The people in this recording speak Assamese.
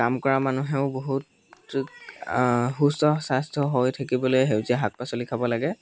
কাম কৰা মানুহেও বহুত সুস্থ স্বাস্থ্য হৈ থাকিবলৈ সেউজীয়া শাক পাচলি খাব লাগে